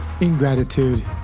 ingratitude